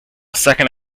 second